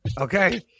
Okay